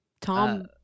Tom